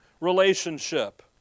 relationship